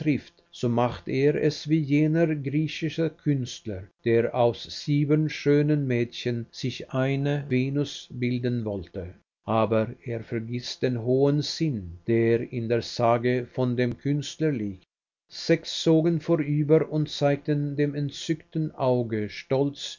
so macht er es wie jener griechische künstler der aus sieben schönen mädchen sich eine venus bilden wollte aber er vergißt den hohen sinn der in der sage von dem künstler liegt sechs zogen vorüber und zeigten dem entzückten auge stolz